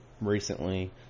recently